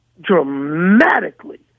dramatically